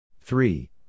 Three